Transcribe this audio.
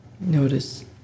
Notice